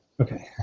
okay